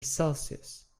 celsius